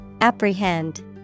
Apprehend